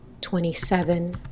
twenty-seven